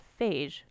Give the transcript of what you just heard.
phage